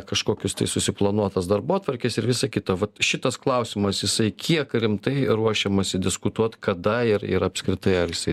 kažkokius tai susiplanuotas darbotvarkes ir visa kita va šitas klausimas jisai kiek rimtai ruošiamasi diskutuot kada ir ir apskritai ar jisai